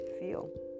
feel